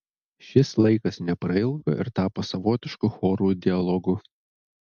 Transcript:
šis laikas neprailgo ir tapo savotišku chorų dialogu